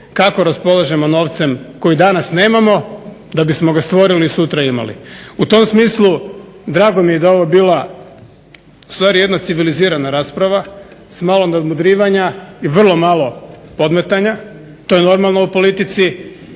kako raspolažemo novcem koji danas nemamo da bismo ga stvorili i sutra imali. U tom smislu drago mi je da je ovo bila jedna civilizirana rasprava sa malo vjerujem da ćemo ovaj proračun usvojiti.